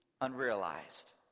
unrealized